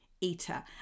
eater